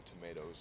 tomatoes